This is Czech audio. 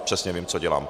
Přesně vím, co dělám.